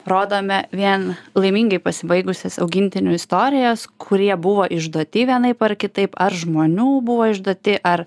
rodome vien laimingai pasibaigusias augintinių istorijas kurie buvo išduoti vienaip ar kitaip ar žmonių buvo išduoti ar